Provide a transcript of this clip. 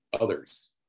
others